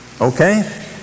Okay